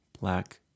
black